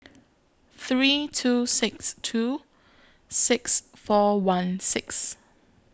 three two six two six four one six